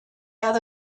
out